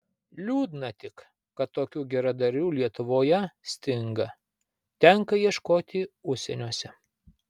liūdna tik kad tokių geradarių lietuvoje stinga tenka ieškoti užsieniuose